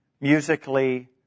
musically